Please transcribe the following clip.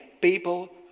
people